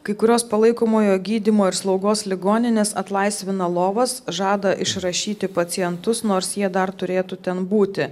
kai kurios palaikomojo gydymo ir slaugos ligoninės atlaisvina lovas žada išrašyti pacientus nors jie dar turėtų ten būti